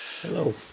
Hello